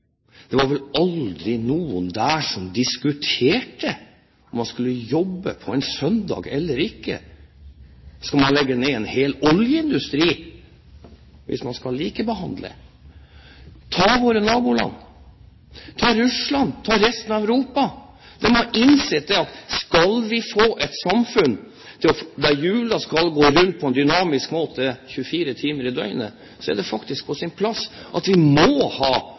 Det var aldri noen der som diskuterte om man skulle jobbe på en søndag eller ikke. Skal man legge ned en hel oljeindustri hvis man skal likebehandle? Ta våre naboland. Ta Russland. Ta resten av Europa. De har innsett at skal vi få et samfunn der hjulene skal gå rundt på en dynamisk måte 24 timer i døgnet, er det faktisk på sin plass at vi må ha